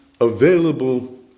available